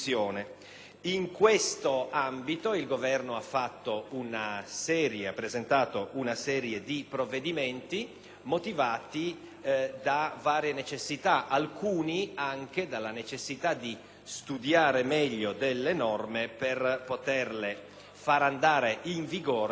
motivati da varie necessità: alcuni sono motivati anche dalla necessità di studiare meglio delle norme per poterle far entrare in vigore nel momento in cui siano state migliorate e rese più rispondenti alla realtà dei fatti.